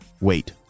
Wait